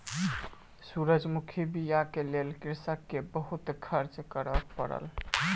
सूरजमुखी बीयाक लेल कृषक के बहुत खर्च करअ पड़ल